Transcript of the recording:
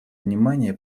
внимание